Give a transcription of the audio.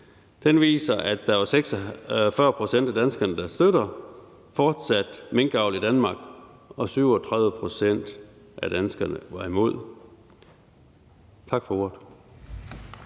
Den viser, at der var 46 pct. af danskerne, der støtter fortsat minkavl i Danmark, og 37 pct. af danskerne var imod. Tak for ordet.